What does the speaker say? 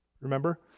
remember